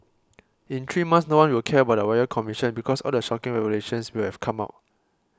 in three months no one will care about the Royal Commission because all the shocking revelations will have come out